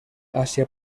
asia